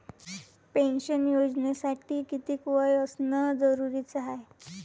Pension योजनेसाठी कितीक वय असनं जरुरीच हाय?